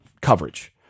Coverage